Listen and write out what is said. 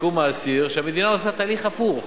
לשיקום האסיר, שהמדינה עושה תהליך הפוך,